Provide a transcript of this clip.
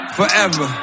forever